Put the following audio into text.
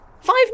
five